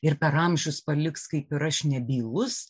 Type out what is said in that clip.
ir per amžius paliks kaip ir aš nebylus